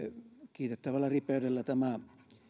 kiitettävällä ripeydellä tämä